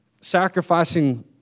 sacrificing